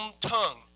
tongue